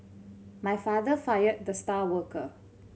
my father fired the star worker